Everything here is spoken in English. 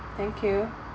thank you